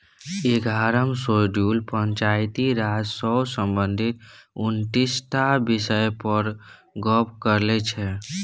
एगारहम शेड्यूल पंचायती राज सँ संबंधित उनतीस टा बिषय पर गप्प करै छै